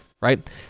Right